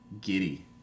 giddy